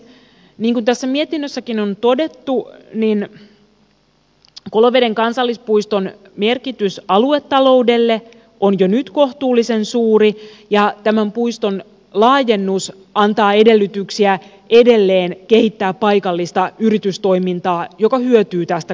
niin kuin tässä mietinnössäkin on todettu koloveden kansallispuiston merkitys aluetaloudelle on jo nyt kohtuullisen suuri ja tämän puiston laajennus antaa edellytyksiä edelleen kehittää paikallista yritystoimintaa joka hyötyy tästä kansallispuistosta